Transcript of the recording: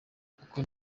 kuko